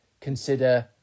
consider